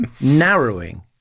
narrowing